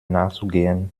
nachzugehen